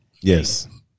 yes